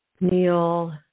Neil